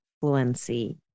fluency